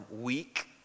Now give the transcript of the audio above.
weak